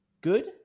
good